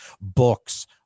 books